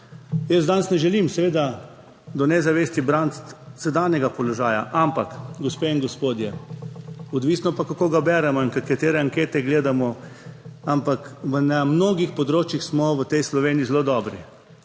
Jaz danes ne želim seveda do nezavesti braniti sedanjega položaja, ampak gospe in gospodje, odvisno pa, kako ga beremo in katere ankete gledamo, ampak na mnogih področjih smo v tej Sloveniji zelo dobri.